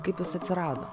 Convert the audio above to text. kaip jis atsirado